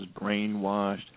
brainwashed